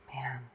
man